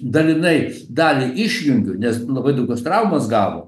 dalinai dalį išjungiu nes labai daug kas traumas gavo